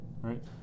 right